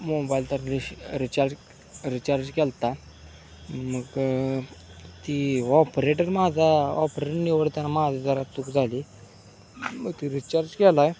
mobile तर रिश recharge recharge केलता मग ती ऑपरेटर माझा ऑपरेटर निवडताना माझं जरा तुक झाली मग ती रिचार्ज केलाय